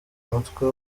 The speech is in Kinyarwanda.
umutwe